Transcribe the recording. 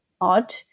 odd